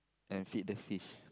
and feed the fish